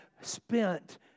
spent